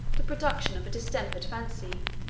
the production of a distempered fancy,